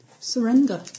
surrender